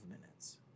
minutes